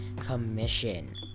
Commission